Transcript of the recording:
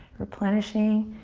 replenishing